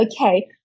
Okay